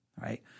right